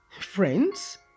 Friends